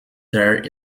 there